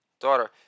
daughter